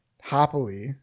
happily